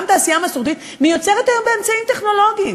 גם תעשייה מסורתית מיוצרת היום באמצעים טכנולוגיים.